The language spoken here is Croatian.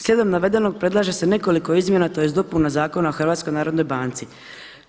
Slijedom navedenog predlaže se nekoliko izmjena tj. dopuna Zakona o HNB-u.